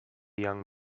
young